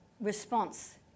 response